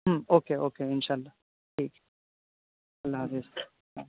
okay okay ان شاء اللہ ٹھیک اللہ حافظ